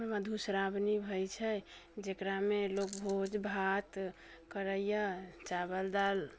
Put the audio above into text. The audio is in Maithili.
मधुश्रावणी भइ छै जकरामे लोग भोज भात करैए चावल दालि